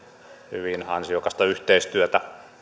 hyvin ansiokasta yhteistyötä